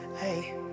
hey